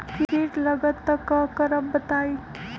कीट लगत त क करब बताई?